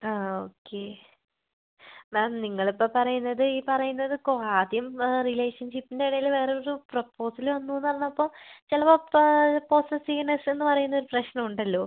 okay ma'am നിങ്ങളിപ്പം പറയുന്നത് ഈ പറയുന്നത് ഒക്കെ ആദ്യം റിലേഷൻഷിപ്പിൻ്റെ ഇടയിൽ വേറൊരു പ്രൊപ്പോസൽ വന്നൂന്ന് പറഞ്ഞപ്പം ചിലപ്പം പൊസ്സസ്സീവ്നെസ്സ് എന്ന് പറയുന്ന ഒരു പ്രശ്നം ഉണ്ടല്ലോ